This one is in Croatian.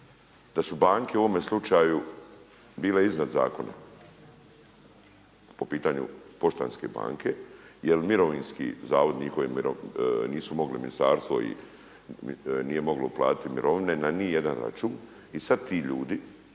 da su banke u ovome slučaju bile iznad zakona po pitanju Poštanske banke, jer Mirovinski zavod, nisu mogli ministarstvo nije moglo platiti mirovine ni na jedan račun. I sad ti ljudi